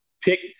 pick